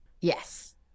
Yes